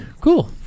cool